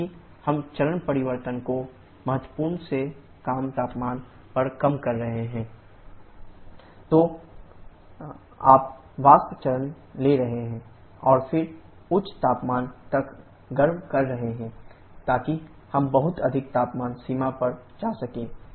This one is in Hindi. क्योंकि हम चरण परिवर्तन को महत्वपूर्ण से कम तापमान पर कर रहे हैं तो आप वाष्प चरण ले रहे हैं और फिर उच्च तापमान तक गर्म कर रहे हैं ताकि हम बहुत अधिक तापमान सीमा पर जा सकें